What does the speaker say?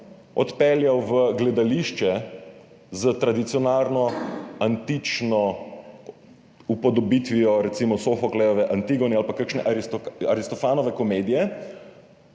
odpeljal v gledališče s tradicionalno antično upodobitvijo recimo Sofoklejeve Antigone ali pa kakšne Aristofanove komedije,